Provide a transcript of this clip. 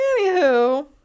Anywho